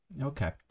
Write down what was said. Okay